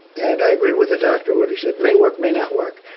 and i agree with the doctor. what he said may work. may not work.